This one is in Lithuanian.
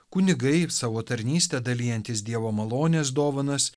kunigai savo tarnyste dalijantys dievo malonės dovanas